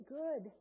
good